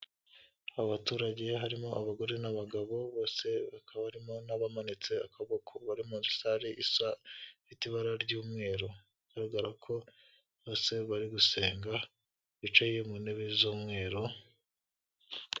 Abaturage harimo abagore n'abagabo bose bakaba barimo n'abamanitse akaboko, bari muri sale ifite ibara ry'umweru, bigaragara ko bose bari gusenga bicaye mu ntebe z'umweru.